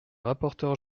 rapporteure